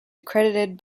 accredited